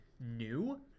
new